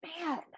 man